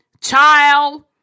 child